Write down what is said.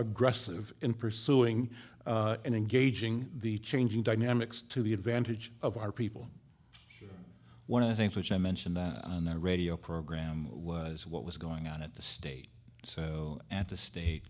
aggressive in pursuing and engaging the changing dynamics to the advantage of our people one of the things which i mentioned on our radio program was what was going on at the state so at the state